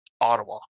Ottawa